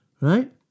right